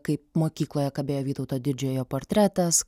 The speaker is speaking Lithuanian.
kaip mokykloje kabėjo vytauto didžiojo portretas